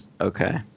okay